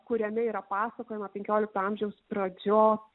kuriame yra pasakojama penkiolikto amžiaus pradžios